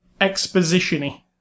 exposition-y